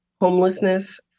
homelessness